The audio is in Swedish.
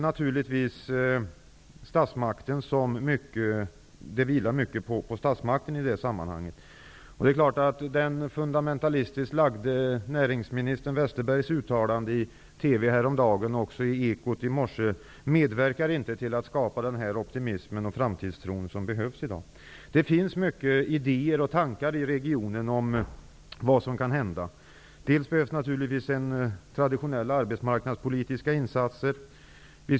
Naturligtvis vilar mycket på statsmakten i det här sammanhanget. Westerbergs uttalande i TV häromdagen och i Ekot i morse medverkar inte till att skapa den optimism och framtidstro som behövs i dag. Det finns mycket idéer och tankar i regionen om vad som kan hända. Bl.a. behövs det traditionella arbetsmarknadspolitiska insatser.